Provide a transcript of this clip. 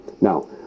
Now